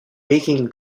making